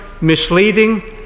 misleading